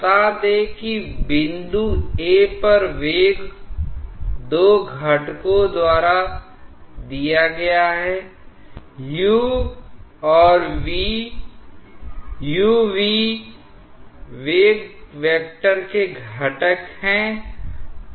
बता दें कि बिंदु A पर वेग दो घटकों द्वारा दिया गया है u और v u v वेग वेक्टर के घटक हैं